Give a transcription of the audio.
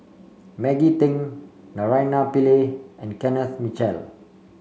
Maggie Teng Naraina Pillai and Kenneth Mitchell